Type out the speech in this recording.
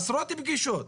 עשרות פגישות.